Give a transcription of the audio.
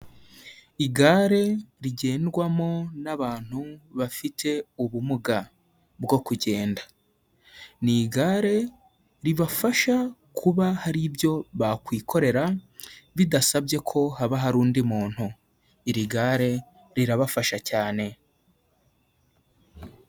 Igare rigendwamo n'abantu bafite ubumuga bwo kugenda, ni igare ribafasha kuba hari ibyo bakwikorera bidasabye ko haba hari undi muntu, iri gare rirabafasha cyane.